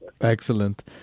excellent